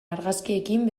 argazkiekin